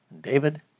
David